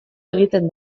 egiten